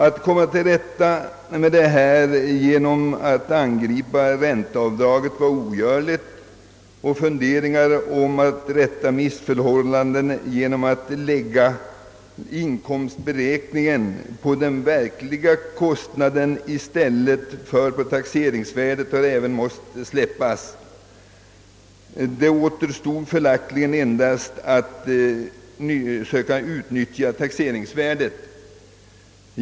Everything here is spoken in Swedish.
Att komma till rätta med den saken genom att angripa ränteavdraget har som sagt varit ogörligt, och funderingarna att försöka rätta missförhållandena genom att lägga inkomstberäkningen på den verkliga byggnadskostnaden i stället för på taxeringsvärdet har även måst släppas. Då återstod följaktligen endast att söka utnyttja taxeringsvärdet.